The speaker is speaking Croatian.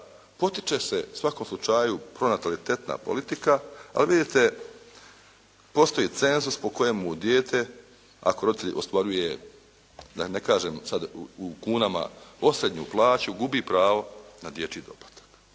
potiče se u svakom slučaju pronatalitetna politika. Ali vidite, postoji cenzus po kojemu dijete ako roditelj ostvaruje da ne kažem sad u kunama osrednju plaću gubi pravo na dječji doplatak.